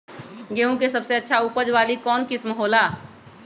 गेंहू के सबसे अच्छा उपज वाली कौन किस्म हो ला?